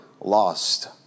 lost